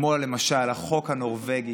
כמו למשל החוק הנורבגי,